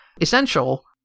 essential